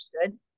understood